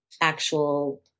actual